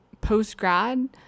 post-grad